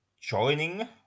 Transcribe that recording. joining